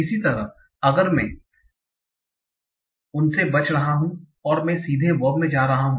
इसी तरह अगर मैं उन से बच रहा हूं और मैं सीधे वर्ब में जा रहा हूं